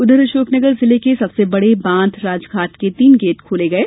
उधर अशोकनगर जिले के सबसे बड़े बांध राजघाट के तीन गेट खोले गये